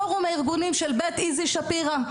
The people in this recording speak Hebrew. פורום הארגונים של בית "איזי שפירא",